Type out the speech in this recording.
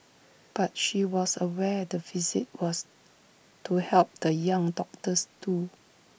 but she was aware the visit was to help the young doctors too